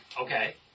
Okay